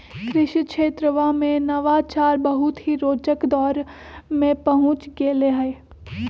कृषि क्षेत्रवा में नवाचार बहुत ही रोचक दौर में पहुंच गैले है